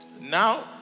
now